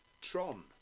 Tron